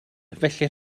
felly